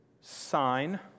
sign